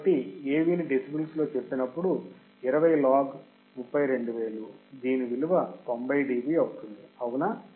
కాబట్టి AV ని decibels లో చెప్పినప్పుడు 20 log 32000 దీని విలువ 90 డిబి అవుతుంది అవునా